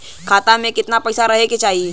खाता में कितना पैसा रहे के चाही?